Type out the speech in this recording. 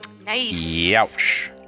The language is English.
Nice